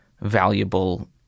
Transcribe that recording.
valuable